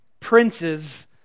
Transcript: princes